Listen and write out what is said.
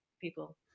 people